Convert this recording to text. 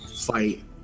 fight